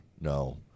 No